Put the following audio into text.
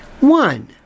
One